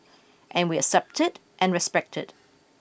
and we accept it and respect it